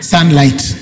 Sunlight